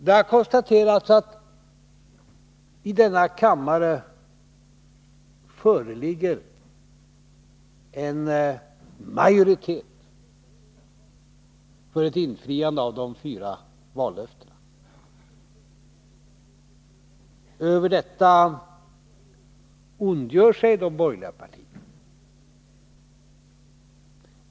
Det har konstaterats att i kammaren föreligger en majoritet för ett infriande av de fyra vallöftena. Över detta ondgör sig de borgerliga partierna.